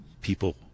people